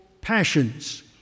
passions